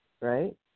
right